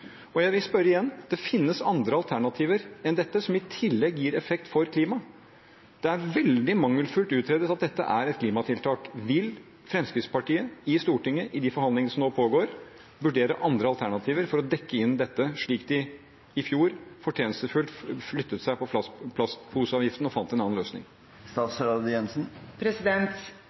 Det finnes andre alternativer enn dette, som i tillegg gir effekt for klimaet. Det er veldig mangelfullt utredet at dette er et klimatiltak, og jeg vil spørre igjen: Vil Fremskrittspartiet i Stortinget i de forhandlingene som nå pågår, vurdere andre alternativer for å dekke inn dette, slik de i fjor fortjenstfullt flyttet seg når det gjaldt plastposeavgiften, og fant en annen